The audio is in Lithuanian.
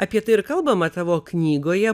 apie tai ir kalbama tavo knygoje